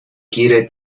quiere